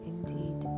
Indeed